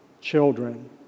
children